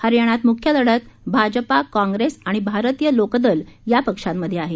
हरियाणात मुख्य लढत भाजपा काँग्रेस आणि भारतीय लोक दल या पक्षांमधे आहे